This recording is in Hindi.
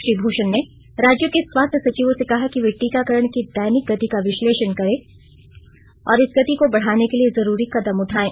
श्री भूषण ने राज्यों के स्वास्थ्य सचिवों से कहा कि वे टीकाकरण की दैनिक गति का विश्लेषण करें और इस गति को बढ़ाने के लिए जरूरी कदम उठाएं